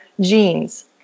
genes